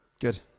good